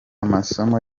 amasomo